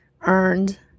earned